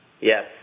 Yes